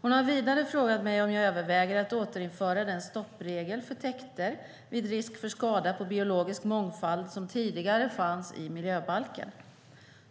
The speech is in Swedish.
Hon har vidare frågat mig om jag överväger att återinföra den stoppregel för täkter vid risk för skada på biologisk mångfald som tidigare fanns i miljöbalken.